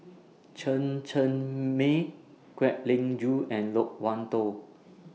Chen Cheng Mei Kwek Leng Joo and Loke Wan Tho